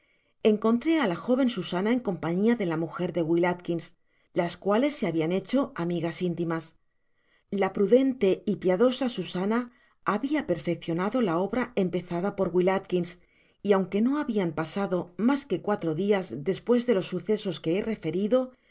encontré á la joven susana en compañia de la mujer de will alkins las cuales se habian hecho amigas intimas la prudente y piadosa susana habia perfeccionado la obra empezada por will alkins y aunque no habian pasado mas que cuatro dias despues de los sucesos que he referido